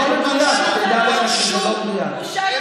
היהודים שם הם לא בני אדם שמגיע להם חשמל?